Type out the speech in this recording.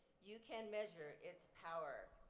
you can measure its power.